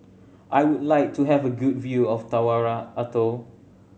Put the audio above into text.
I would like to have a good view of Tarawa Atoll